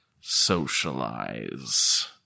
Socialize